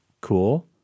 Cool